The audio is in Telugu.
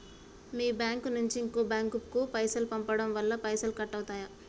మీ బ్యాంకు నుంచి ఇంకో బ్యాంకు కు పైసలు పంపడం వల్ల పైసలు కట్ అవుతయా?